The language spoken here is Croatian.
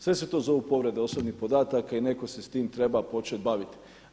Sve se to zovu povrede osobnih podataka i netko se s tim treba počet baviti.